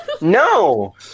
No